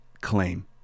claim